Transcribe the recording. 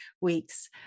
weeks